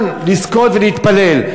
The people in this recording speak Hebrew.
לזכות ולהתפלל,